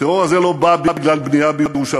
הטרור הזה לא בא בגלל בנייה בירושלים.